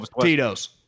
Tito's